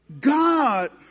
God